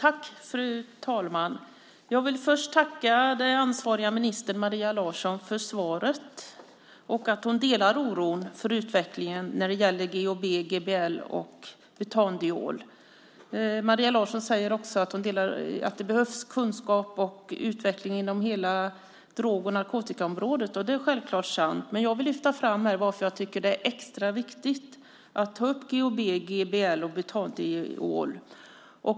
Fru talman! Jag vill först tacka den ansvariga ministern Maria Larsson för svaret och för att hon delar oron för utvecklingen när det gäller GHB, GBL och butandiol. Maria Larsson säger också att det behövs kunskap och utveckling inom hela drog och narkotikaområdet. Det är självklart sant, men jag vill här lyfta fram varför jag tycker att det är extra viktigt att ta upp GHB, GBL och butandiol.